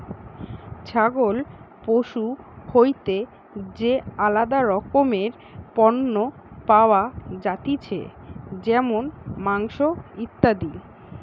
ছাগল পশু হইতে যে আলাদা রকমের পণ্য পাওয়া যাতিছে যেমন মাংস, ইত্যাদি